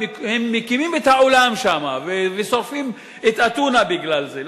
הם מקימים את העולם שם ושורפים את אתונה בגלל זה.